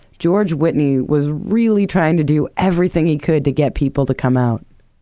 george whitney was really trying to do everything he could to get people to come out.